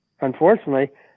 Unfortunately